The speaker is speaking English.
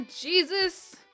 Jesus